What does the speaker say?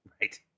Right